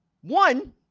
One